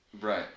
Right